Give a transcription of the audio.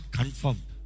confirmed